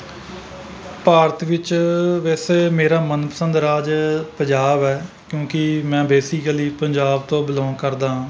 ਭਾਰਤ ਵਿੱਚ ਵੈਸੇ ਮੇਰਾ ਮਨਪਸੰਦ ਰਾਜ ਪੰਜਾਬ ਹੈ ਕਿਉਂਕਿ ਮੈਂ ਬੇਸਿਕਲੀ ਪੰਜਾਬ ਤੋਂ ਬਲੌਂਗ ਕਰਦਾ ਹਾਂ